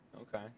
okay